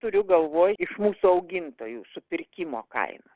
turiu galvoj iš mūsų augintojų supirkimo kainą